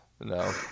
No